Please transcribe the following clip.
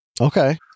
Okay